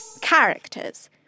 Characters